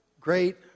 great